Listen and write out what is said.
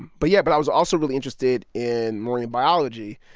but yeah, but i was also really interested in marine biology.